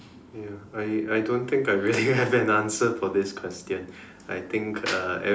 ya I I don't think I really have an answer for this question I think (uh_ at